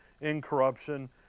incorruption